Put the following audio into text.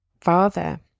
father